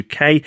UK